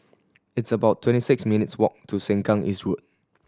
it's about twenty six minutes' walk to Sengkang East Road